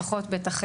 לפחות בטח,